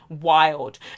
wild